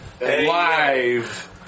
live